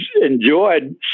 enjoyed